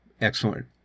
Excellent